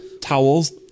towels